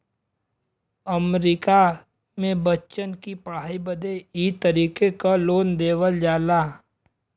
अमरीका मे बच्चन की पढ़ाई बदे ई तरीके क लोन देवल जाला